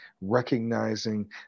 recognizing